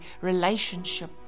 relationship